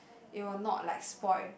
it will not like spoil